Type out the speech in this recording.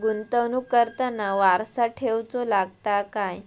गुंतवणूक करताना वारसा ठेवचो लागता काय?